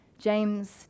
James